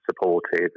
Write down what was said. supportive